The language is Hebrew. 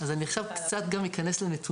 אז עכשיו אני גם אכנס קצת לנתונים.